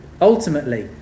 ultimately